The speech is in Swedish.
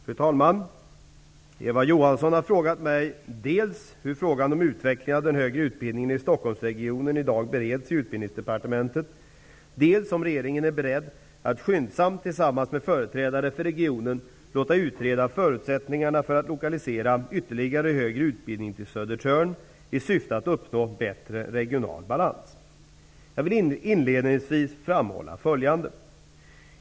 Fru talman! Eva Johansson har frågat mig dels hur frågan om utvecklingen av den högre utbildningen i Stockholmsregionen i dag bereds i Utbildningsdepartementet, dels om regeringen är beredd att skyndsamt tillsammans med företrädare för regionen låta utreda förutsättningarna för att lokalisera ytterligare högre utbildning till Södertörn i syfte att uppnå bättre regional balans. Jag vill inledningsvis framhålla följande.